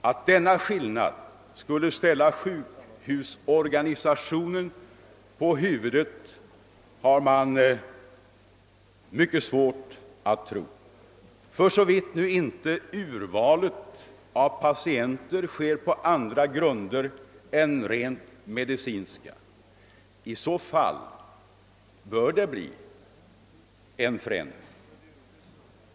Att denna skillnad skulle ställa sjukhusorganisationen på huvudet är svårt att tro — för så vitt inte urvalet av patienter nu sker på andra grunder än rent medicinska. I så fall bör det bli en förändring.